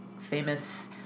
famous